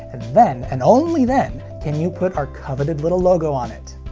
and then, and only then, can you put our coveted little logo on it!